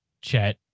chat